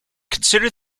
consider